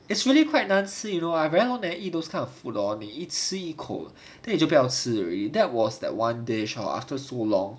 it's really quite nasty you know I very long never eat those kind of food lor 你一吃一口 then 你就不要吃 already that was that one day shot after so long